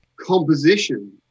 composition